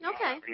Okay